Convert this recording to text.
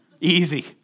easy